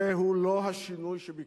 זהו לא השינוי שביקשנו.